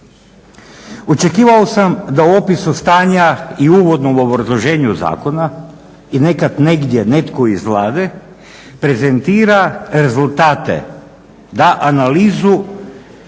Očekivao sam da u opisu stanja i uvodnom obrazloženju zakona i nekad negdje netko iz Vlade prezentira rezultate, da analizu